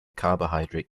carbohydrate